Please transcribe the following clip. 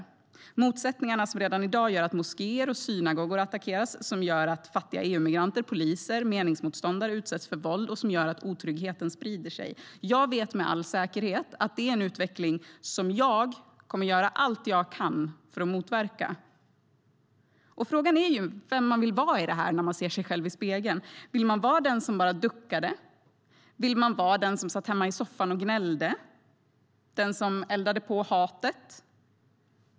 Det är motsättningar som redan i dag gör att moskéer och synagogor attackeras, som gör att fattiga EU-migranter, poliser och meningsmotståndare utsätts för våld och som gör att otryggheten sprider sig. Jag vet med all säkerhet att det är en utveckling som jag kommer att göra allt jag kan för att motverka. Frågan är vem man vill vara i det här när man ser sig själv i spegeln. Vill man vara den som bara duckade? Vill man vara den som satt hemma i soffan och gnällde eller den som eldade på hatet?